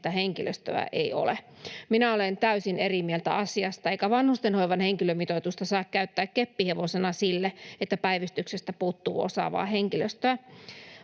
että henkilöstöä ei ole. Minä olen täysin eri mieltä asiasta, eikä vanhustenhoivan henkilömitoitusta saa käyttää keppihevosena sille, että päivystyksestä puuttuu osaavaa henkilöstöä.